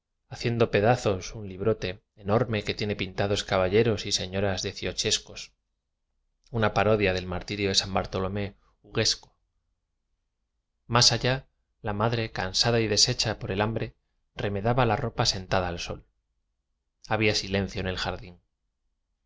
haciendo pedazos un libróte enorme que tiene pintados caballeros y se ñoras diciochescos una parodia del marti rio de san bartolomé huguesco más allá la madre cansada y deshecha por el hambre remendaba la ropa sentada a sol había silencio en el jardín